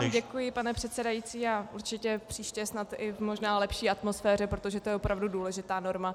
Děkuji vám, pane předsedající, a určitě příště snad i možná v lepší atmosféře, protože to je opravdu důležitá norma.